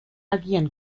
agieren